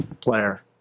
player